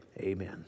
Amen